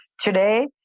today